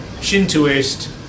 Shintoist